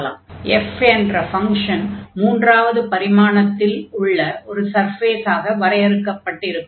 f என்ற function மூன்றாவது பரிமாணத்தில் z அச்சாக எடுத்துக் கொள்வோம் உள்ள ஒரு சர்ஃபேஸாக வரையறுக்கப்பட்டிருக்கும்